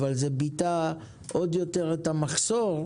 אבל זה ביטא עוד יותר את המחסור,